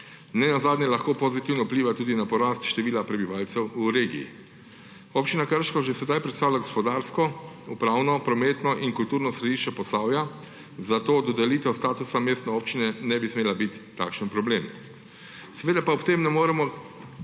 Nenazadnje lahko pozitivno vpliva tudi na porast števila prebivalcev v regiji. Občina Krško že sedaj predstavlja gospodarsko, upravno, prometno in kulturno središče Posavja, zato dodelitev statusa mestne občine ne bi smela biti takšen problem. Seveda pa ob tem ne moremo